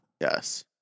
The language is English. Yes